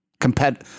compet